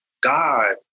God